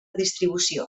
distribució